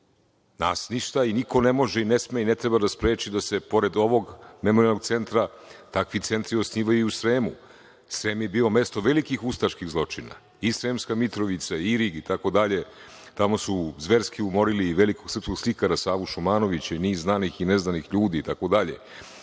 Nas ništa i niko ne može, ne sme i ne treba da spreči da se pored ovog memorijalnog centra takvi centri osnivaju i u Sremu. Srem je bio mesto velikih ustaških zločina, i Sremska Mitrovica, i Irig itd. Tamo su zverski umorili velikog srpskog slikara Savu Šumanovića i niz znanih i neznanih ljudi itd.